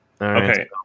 Okay